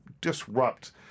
disrupt